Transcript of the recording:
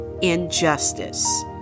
injustice